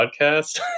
Podcast